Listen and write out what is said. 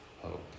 hope